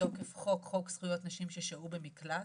מתוקף חוק זכויות נשים ששהו במקלט.